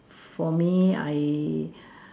for me I